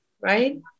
right